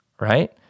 right